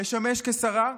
לשמש כשרה?